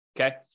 Okay